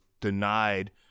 denied